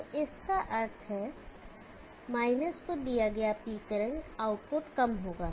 तो जिसका अर्थ है माइनस को दिया गया P करेंट आउटपुट कम होगा